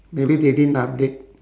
maybe they didn't update